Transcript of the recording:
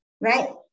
right